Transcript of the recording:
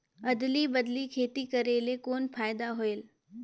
अदली बदली खेती करेले कौन फायदा होयल?